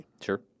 Sure